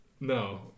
No